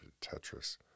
Tetris